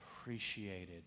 appreciated